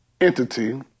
entity